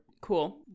Cool